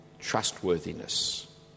trustworthiness